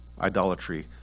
idolatry